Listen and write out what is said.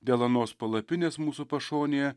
dėl anos palapinės mūsų pašonėje